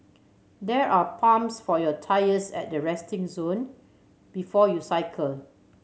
there are pumps for your tyres at the resting zone before you cycle